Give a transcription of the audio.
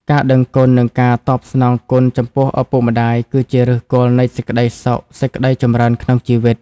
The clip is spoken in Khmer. ការដឹងគុណ និងការតបស្នងគុណចំពោះឪពុកម្តាយ គឺជាឫសគល់នៃសេចក្តីសុខ សេចក្តីចម្រើនក្នុងជីវិត។